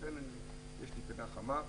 לכן יש לי פינה חמה.